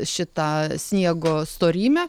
šitą sniego storymę